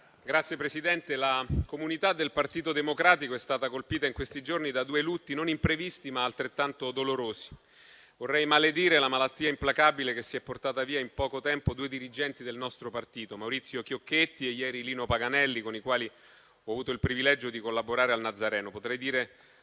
Signor Presidente, la comunità del Partito Democratico è stata colpita in questi giorni da due lutti non imprevisti, ma altrettanto dolorosi. Vorrei maledire la malattia implacabile che si è portata via in poco tempo due dirigenti del nostro partito, Maurizio Chiocchetti e, ieri, Lino Paganelli, con i quali ho avuto il privilegio di collaborare al Nazareno.